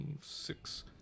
six